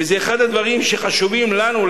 וזה אחד הדברים שחשובים לנו,